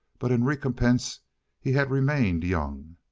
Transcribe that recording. but in recompense he had remained young.